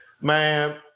Man